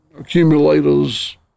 accumulators